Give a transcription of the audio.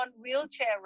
wheelchair